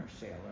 sailor